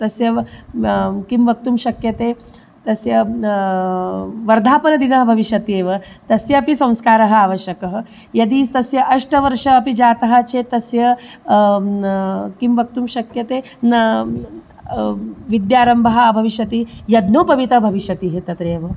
तस्य व् किं वक्तुं शक्यते तस्य वर्धापनदिनं भविष्यति एव तस्यापि संस्कारः आवश्यकः यदि तस्य अष्टवर्षम् अपि जातं चेत् तस्य किं वक्तुं शक्यते न विद्यारम्भः भविष्यति यज्ञोपवितः भविष्यति तत्रैव